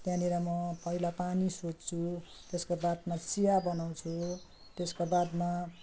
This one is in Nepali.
त्यहाँनिर म पहिला पानी सोध्छु त्यसको बादमा चिया बनाउँछु त्यसको बादमा